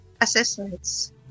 assessments